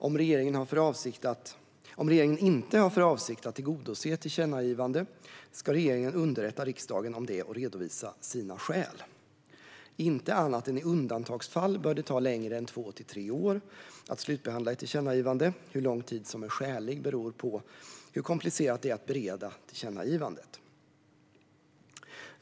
Om regeringen inte har för avsikt att tillgodose tillkännagivanden ska regeringen underrätta riksdagen om det och redovisa sina skäl. Inte annat än i undantagsfall bör det ta längre än två till tre år att slutbehandla ett tillkännagivande. Hur lång tid som är skälig beror på hur komplicerat det är att bereda tillkännagivandet.